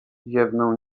ziewnął